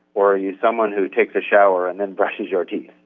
or are you someone who takes a shower and then brushes your teeth?